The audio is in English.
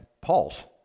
Paul's